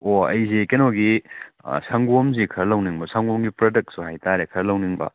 ꯑꯣ ꯑꯩꯁꯤ ꯀꯩꯅꯣꯒꯤ ꯁꯪꯒꯣꯝꯁꯤ ꯈꯔ ꯂꯧꯅꯤꯡꯕ ꯁꯪꯒꯣꯝꯒꯤ ꯄ꯭ꯔꯗꯛꯁꯨ ꯍꯥꯏꯇꯥꯔꯦ ꯈꯔ ꯂꯧꯅꯤꯡꯕ